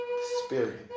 spirit